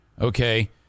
Okay